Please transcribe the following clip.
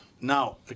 Now